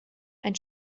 ein